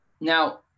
Now